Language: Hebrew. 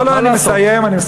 לא, לא, אני מסיים, אני מסיים.